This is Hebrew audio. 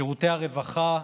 שירותי הרווחה,